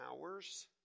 hours